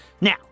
Now